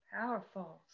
powerful